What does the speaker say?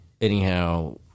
anyhow